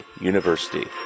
University